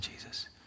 Jesus